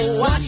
Watch